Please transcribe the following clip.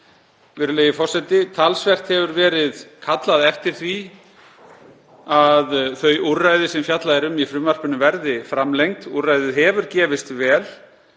Virðulegi forseti. Talsvert hefur verið kallað eftir því að þau úrræði sem fjallað er um í frumvarpinu verði framlengd. Úrræðið hefur gefist vel,